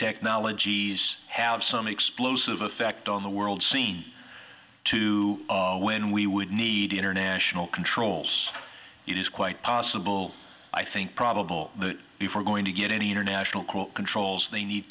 technologies have some explosive effect on the world scene two when we would need international controls it is quite possible i think probable before going to get any international call controls they need